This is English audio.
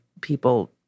people